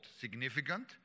significant